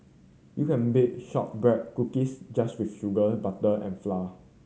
you can bake shortbread cookies just with sugar butter and flour